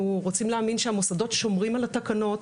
רוצים להאמין שהמוסדות שומרים על התקנות,